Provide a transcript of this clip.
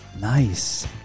Nice